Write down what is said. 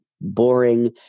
boring